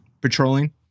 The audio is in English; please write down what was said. patrolling